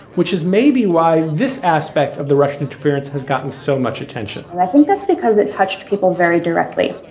which is maybe why this aspect of the russian interference has gotten so much attention and i think that's because it touched people very directly.